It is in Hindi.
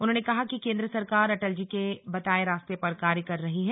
उन्होंने कहा कि केंद्र सरकार अटलजी के बताए रास्ते पर कार्य कर रही है